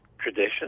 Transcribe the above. tradition